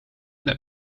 met